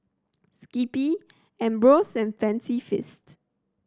Skippy Ambros and Fancy Feast